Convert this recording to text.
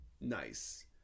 nice